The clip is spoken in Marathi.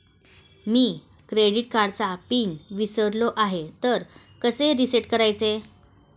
मी क्रेडिट कार्डचा पिन विसरलो आहे तर कसे रीसेट करायचे?